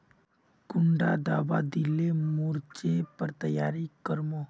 कुंडा दाबा दिले मोर्चे पर तैयारी कर मो?